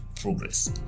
progress